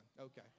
Okay